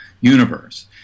universe